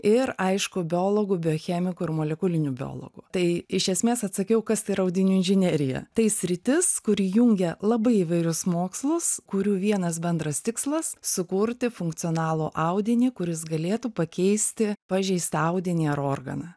ir aišku biologų biochemikų ir molekulinių biologų tai iš esmės atsakiau kad tai yra audinių inžinerija tai sritis kuri jungia labai įvairius mokslus kurių vienas bendras tikslas sukurti funkcionalų audinį kuris galėtų pakeisti pažeistą audinį ar organą